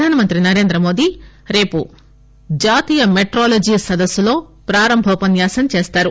ప్రధానమంత్రి నరేంద్ర మోదీ రేపు జాతీయ మెట్రాలజీ సదస్సులో ప్రారంభోపన్యాసం చేస్తారు